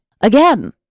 again